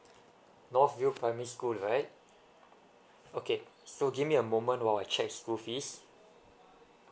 north view primary school right okay so give me a moment while I check school fees